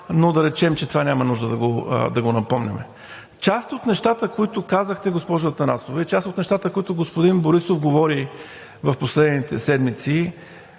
но да речем, че това няма нужда да го напомняме. Част от нещата, които казахте, госпожо Атанасова, и част от нещата, които господин Борисов говори в последните седмици,